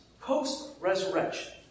post-resurrection